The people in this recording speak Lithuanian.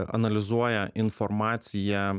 analizuoja informaciją